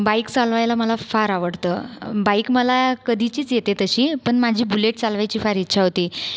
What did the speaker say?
bike चालवायला मला फार आवडतं बाईक मला कधीचीच येते तशी पण माझी बुलेट चालवायची फार इच्छा होती